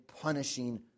punishing